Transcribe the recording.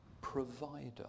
provider